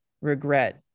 regret